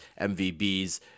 MVBs